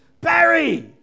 Barry